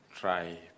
try